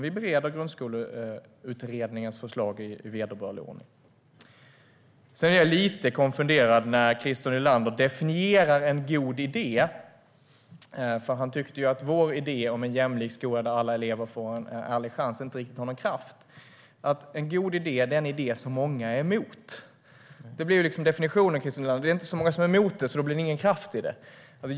Vi bereder Grundskoleutredningens förslag i vederbörlig ordning. Jag blir lite konfunderad när Christer Nylander definierar en god idé. Han tyckte att vår idé om en jämlik skola, där alla elever får en ärlig chans, inte riktigt har kraft. En god idé är en idé som många är emot. Det blir definitionen, Christer Nylander. Det är inte så många som är emot idén, så det blir ingen kraft i den.